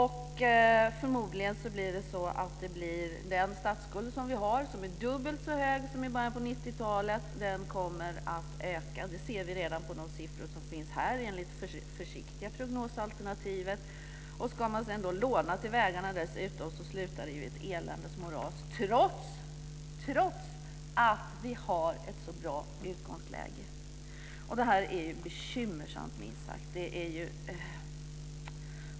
Förmodligen kommer den statsskuld vi har, som är dubbelt så hög som i början av 90-talet, att öka. Det ser vi redan av det försiktiga prognosalternativet här. Ska det sedan lånas till vägarna kommer det att sluta i ett eländes moras - trots att vi har ett så bra utgångsläge. Det är bekymmersamt minst sagt.